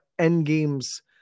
Endgame's